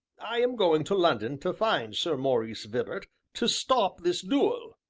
i am going to london to find sir maurice vibart to stop this duel.